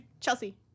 Chelsea